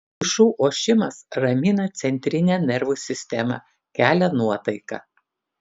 pušų ošimas ramina centrinę nervų sistemą kelia nuotaiką